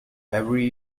every